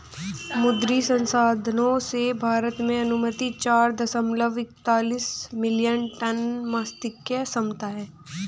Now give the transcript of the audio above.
मुद्री संसाधनों से, भारत में अनुमानित चार दशमलव एकतालिश मिलियन टन मात्स्यिकी क्षमता है